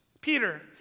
Peter